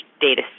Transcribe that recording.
data